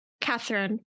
Catherine